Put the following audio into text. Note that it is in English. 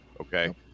Okay